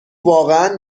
واقعا